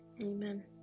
Amen